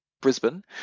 Brisbane